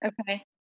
Okay